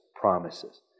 promises